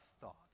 thoughts